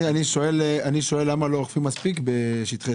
אני שואל למה לא אוכפים מספיק בשטחי